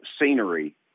scenery